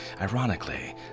ironically